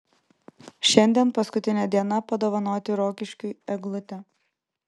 šiandien paskutinė diena padovanoti rokiškiui eglutę